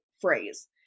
phrase